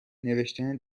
نوشتن